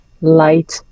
light